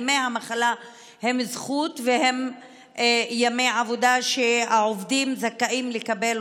ימי המחלה הם זכות והם ימי עבודה שהעובדים זכאים לקבל.